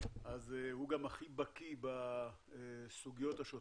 אז הוא גם הכי בקי בסוגיות השוטפות.